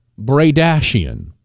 Bradashian